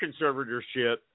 conservatorship